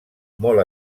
molt